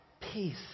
peace